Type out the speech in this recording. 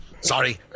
Sorry